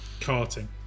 carting